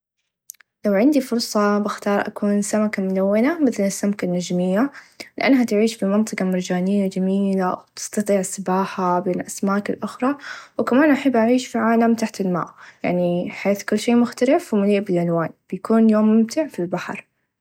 لو عندي فرصه بختار أكون سمكه ملونه مثل السمكه النچميه لأنها تعيش في منطقه مرچانيه چميييله و تستطيع السباحه بين الأسماك الأخرى و كمان أحب أعيش في عالم تحت الماء يعني حياه كل شئ مختلف و مليئ بالألوان بيكون يوم ممتع في البحر.